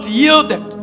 yielded